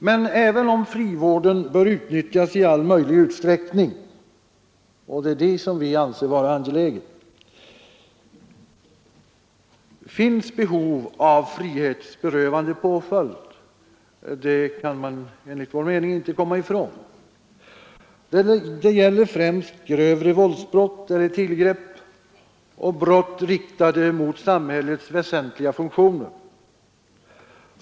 Men även om frivården bör utnyttjas i all möjlig utsträckning — och det är det som vi anser vara angeläget — finns behov av frihetsberövande påföljd. Det kan man inte komma ifrån. Det gäller främst grövre våldsbrott eller tillgrepp och brott riktade mot samhällets väsentliga funktioner.